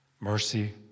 mercy